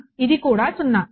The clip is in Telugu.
ఇక్కడ కూడా 0